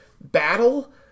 battle